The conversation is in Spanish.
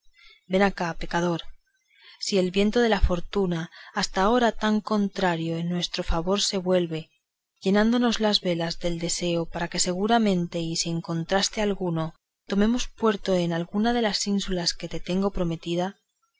ven acá pecador si el viento de la fortuna hasta ahora tan contrario en nuestro favor se vuelve llevándonos las velas del deseo para que seguramente y sin contraste alguno tomemos puerto en alguna de las ínsulas que te tengo prometida